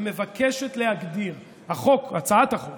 הצעת החוק